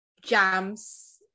jams